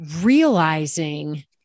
realizing